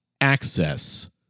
access